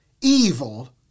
Evil